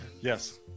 Yes